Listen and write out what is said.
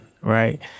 right